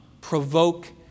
provoke